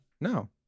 No